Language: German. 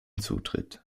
zutritt